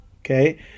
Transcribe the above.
okay